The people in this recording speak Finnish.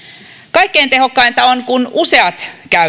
kaikkein tehokkainta on kun useat